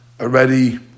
already